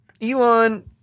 Elon